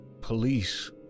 police